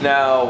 Now